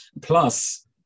Plus